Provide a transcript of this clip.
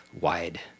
wide